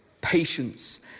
patience